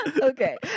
okay